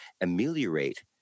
ameliorate